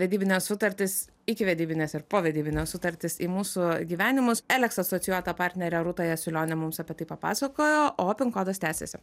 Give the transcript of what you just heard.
vedybinės sutartys ikivedybinės ir povedybinės sutartys į mūsų gyvenimus eleks asocijuota partnerė rūta jasiulionė mums apie tai papasakojo o pin kodas tęsiasi